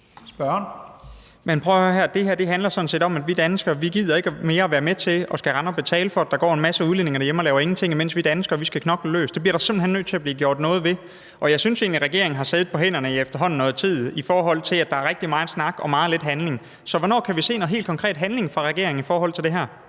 at høre her: Det her handler sådan set om, at vi danskere ikke mere gider at være med til at skulle rende og betale for, at der går en masse udlændinge derhjemme og laver ingenting, imens vi danskere skal knokle løs. Det bliver der simpelt hen nødt til at blive gjort noget ved. Og jeg synes egentlig, at regeringen har siddet på hænderne i efterhånden noget tid, i forhold til at der er rigtig meget snak og meget lidt handling. Så hvornår kan vi se noget helt konkret handling fra regeringen i forhold til det her?